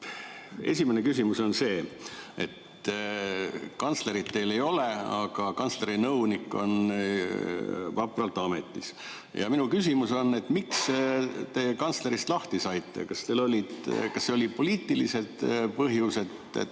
Esimene küsimus on see, et kantslerit teil ei ole, aga kantsleri nõunik on vapralt ametis. Minu küsimus on, miks te kantslerist lahti saite. Kas need olid poliitilised põhjused, et